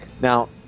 Now